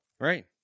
Right